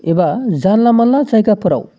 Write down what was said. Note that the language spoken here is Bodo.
एबा जानला मानला जायगाफोराव